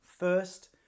First